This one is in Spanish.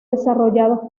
desarrollados